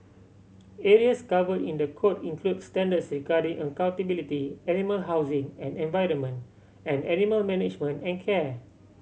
areas covered in the code include standards regarding accountability animal housing and environment and animal management and care